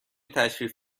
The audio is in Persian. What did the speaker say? تشریف